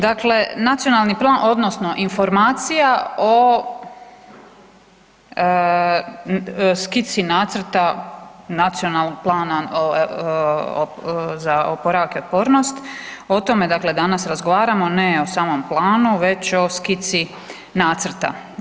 Dakle, nacionalni plan, odnosno Informacija o skici nacrta Nacionalnog plana za oporavak i otpornost, o tome dakle danas razgovaramo, ne o samom Planu, već o skici nacrta.